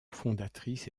fondatrice